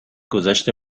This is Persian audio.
گذشت